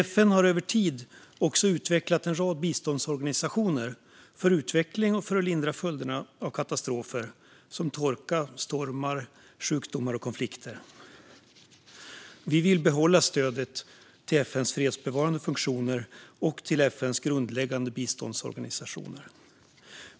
FN har över tid också utvecklat en rad biståndsorganisationer för utveckling och för att lindra följderna av katastrofer som torka, stormar, sjukdomar och konflikter. Vi vill behålla stödet till FN:s fredsbevarande funktioner och till FN:s grundläggande biståndsorganisationer.